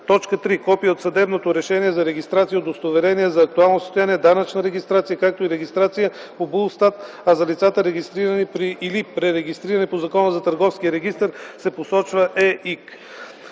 3. копие от съдебното решение за регистрация, удостоверение за актуално състояние, данъчна регистрация, както и регистрация по БУЛСТАТ, а за лицата, регистрирани или пререгистрирани по Закона за търговския регистър, се посочва ЕИК;